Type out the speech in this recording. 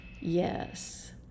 Yes